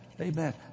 Amen